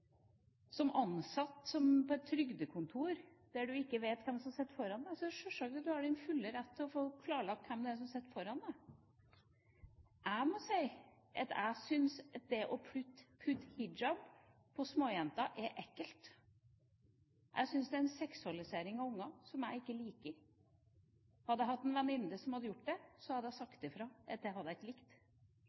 Som ansatt på et trygdekontor, der en ikke vet hvem som sitter foran deg, har du sjølsagt full rett til å få klarlagt hvem det er som sitter foran deg. Jeg må si at jeg syns at det å putte hijab på småjenter er ekkelt. Jeg syns det er en seksualisering av barn, som jeg ikke liker. Hadde jeg hatt en venninne som hadde gjort det, hadde jeg sagt ifra om at det hadde jeg ikke likt.